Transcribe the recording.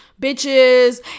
bitches